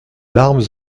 larmes